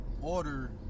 order